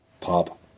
pop